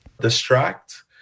Distract